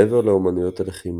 מעבר לאמנויות הלחימה,